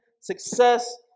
success